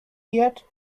yet